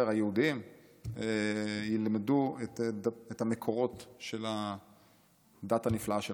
היהודיים ילמדו את המקורות של הדת הנפלאה שלנו.